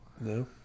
No